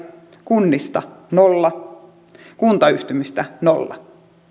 kunnista nolla prosenttia kuntayhtymistä nolla prosenttia